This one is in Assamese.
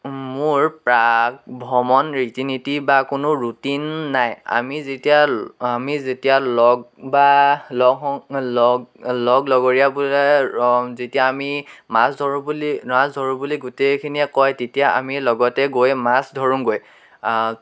মোৰ প্ৰাক ভ্ৰমণ ৰীতি নীতি বা কোনো ৰুটিন নাই আমি যেতিয়া আমি যেতিয়া লগ বা লগ হওঁ লগ লগৰীয়াবোৰে যেতিয়া আমি মাছ ধৰোঁ বুলি মাছ ধৰোঁ বুলি গোটেইখিনিয়ে কয় তেতিয়া আমি লগতে গৈ মাছ ধৰোঁগৈ